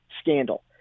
scandal